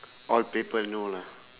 all people know lah